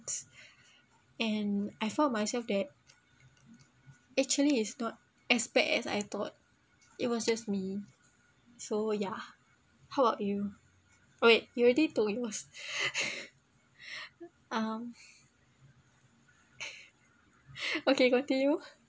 and I found myself that actually is not as bad as I thought it was just me so yeah how about you oh wait you already told yours um okay continue